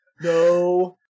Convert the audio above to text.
No